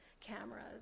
cameras